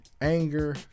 anger